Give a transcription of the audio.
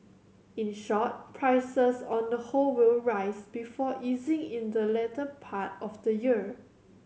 in short prices on the whole will rise before easing in the latter part of the year